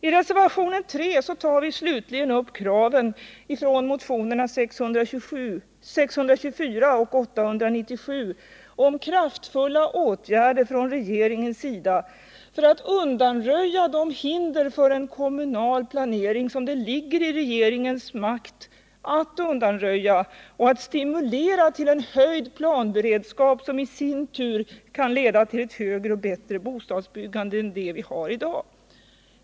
I reservationen 3 tar vi slutligen upp kraven i motionerna 624 och 897 på kraftfulla åtgärder från regeringens sida för att undanröja de hinder för en kommunal planering som det ligger i regeringens makt att undanröja och för att stimulera till en höjd planberedskap, som i sin tur kan leda till ett högre och bättre bostadsbyggande än det vi har i dag.